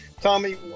Tommy